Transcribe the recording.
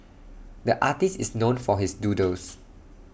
the artist is known for his doodles